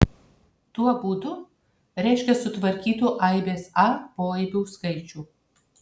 tuo būdu reiškia sutvarkytų aibės a poaibių skaičių